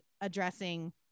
addressing